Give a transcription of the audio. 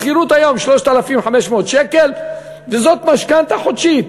השכירות היום היא 3,500 שקל, וזו משכנתה חודשית.